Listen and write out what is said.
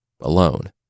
alone